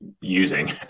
using